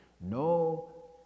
no